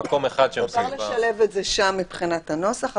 אפשר לשלב את שם מבחינת הנוסח,